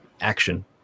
action